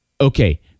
Okay